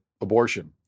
abortion